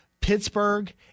Pittsburgh